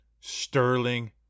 Sterling